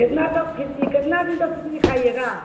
کتنا تو کھچڑی کتنا دن تو کھچڑی کھائیے گا